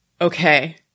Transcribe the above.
okay